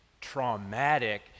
traumatic